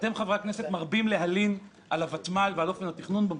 אתם חברי הכנסת מרבים להלין על הוותמ"ל ועל אופן התכנון בו,